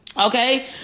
Okay